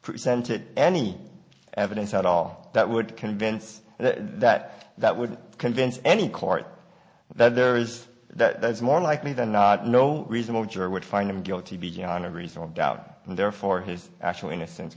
presented any evidence at all that would convince that that would convince any court that there is that there's more likely than no reasonable jury would find him guilty beyond a reasonable doubt and therefore his actual innocence